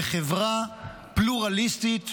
בחברה פלורליסטית,